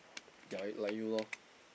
ya like you lor